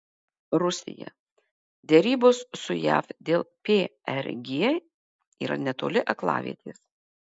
rusija derybos su jav dėl prg yra netoli aklavietės